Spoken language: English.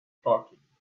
talking